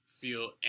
feel